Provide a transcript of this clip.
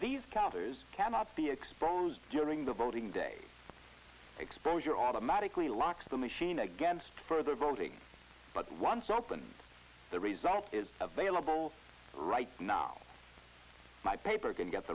these counters cannot be expressed during the voting day exposure automatically locks the machine against further voting but once opened the result is available right now my paper